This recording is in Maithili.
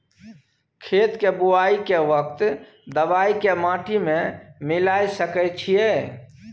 खेत के बुआई के वक्त दबाय के माटी में मिलाय सके छिये?